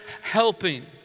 helping